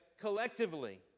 collectively